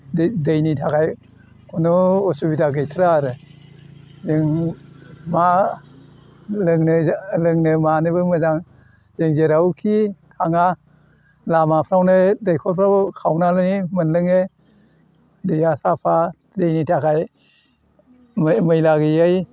दै दैनि थाखाय खुनु उसुबिदा गैथ्रा आरो जों मा लोंनो लोंनो मानोबो मोजां जों जेरावखि थाङा लामाफ्रावनो दैख'रफ्राव खावनानै मोनलोङो दैआ साफा दैनि थाखाय मै मैला गैयै